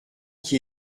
qui